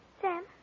Sam